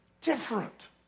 Different